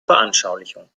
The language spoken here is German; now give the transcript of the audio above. veranschaulichung